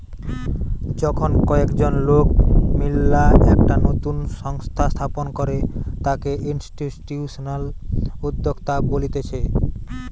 যখন কয়েকজন লোক মিললা একটা নতুন সংস্থা স্থাপন করে তাকে ইনস্টিটিউশনাল উদ্যোক্তা বলতিছে